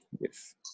Yes